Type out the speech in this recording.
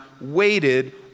waited